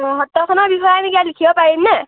অঁ সত্ৰখনৰ বিষয়ে আমি কিবা লিখিব পাৰিমনে